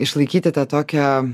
išlaikyti tą tokią